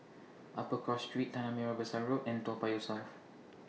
Upper Cross Street Tanah Merah Besar Road and Toa Payoh South